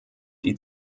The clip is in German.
die